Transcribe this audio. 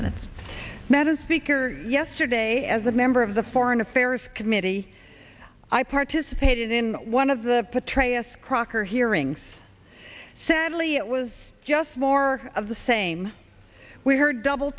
a speaker yesterday as a member of the foreign affairs committee i participated in one of the patrol yes crocker hearings sadly it was just more of the same we heard double